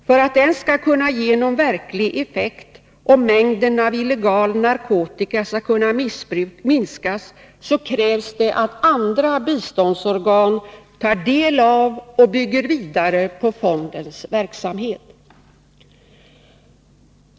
För att den skall kunna ge någon verklig effekt och för att mängden av illegal narkotika skall kunna minskas, krävs det att andra biståndsorgan tar del av och bygger vidare på fondens verksamhet.